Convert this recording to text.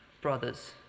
Brothers